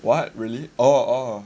what really oh oh